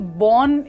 born